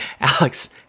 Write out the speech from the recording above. Alex